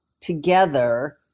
together